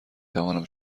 توانم